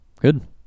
good